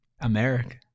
America